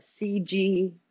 cg